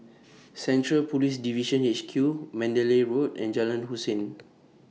Central Police Division H Q Mandalay Road and Jalan Hussein